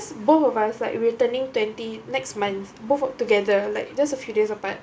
both of us like we are turning twenty next month both work together like just a few days apart